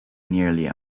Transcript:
nearly